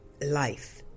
life